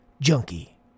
junkie